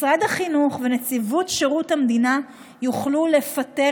משרד החינוך ונציבות שירות המדינה יוכלו לפטר